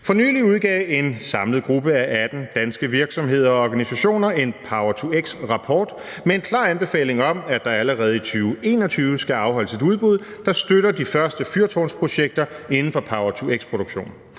For nylig udgav en samlet gruppe af 18 danske virksomheder og organisationer en power-to-x-rapport med en klar anbefaling om, at der allerede i 2021 skal afholdes et udbud, der støtter de første fyrtårnsprojekter inden for power-to-x-produktion.